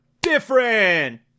different